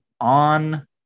on